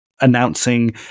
announcing